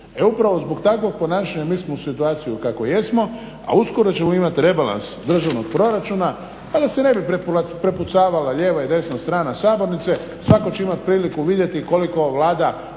upravo zbog takvog ponašanja mi smo u situaciji u kakvoj jesmo, a uskoro ćemo imati rebalans državnog proračuna, pa da se ne bi prepucavala lijeva i desna strana sabornice. Svatko će imati priliku vidjeti koliko Vlada